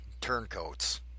turncoats